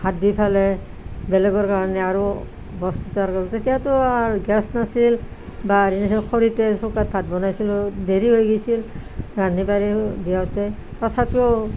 ভাত দি ফেলে বেলেগৰ কাৰণে আৰু তেতিয়াটো আৰু গেছ নাছিল বা খৰিতে চৌকাত ভাত বনাইছিলোঁ দেৰি হৈ গেছি ৰান্ধি বাঢ়ি দিওঁতে তথাপিও